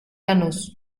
lanús